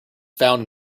found